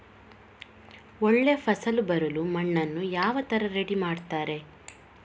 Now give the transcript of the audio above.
ಒಳ್ಳೆ ಫಸಲು ಬರಲು ಮಣ್ಣನ್ನು ಯಾವ ತರ ರೆಡಿ ಮಾಡ್ತಾರೆ?